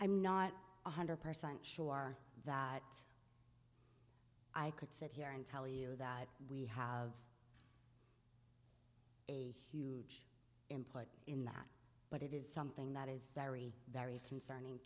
i'm not one hundred percent sure that i could sit here and tell you that we have a huge input in that but it is something that is very very